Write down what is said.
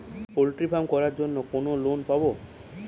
Poultry farm করার জন্য কোন লোন পাব?